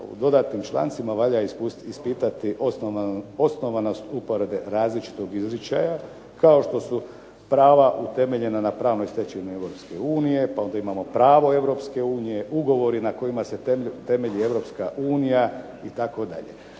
dodatnim člancima valja ispitati osnovanost uporabe različitog izričaja kao što su prava utemeljena na pravnoj stečevini Europske unije, pa onda imamo pravo Europske unije, ugovori na kojima se temelji Europska